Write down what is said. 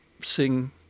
sing